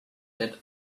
that